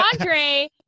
Andre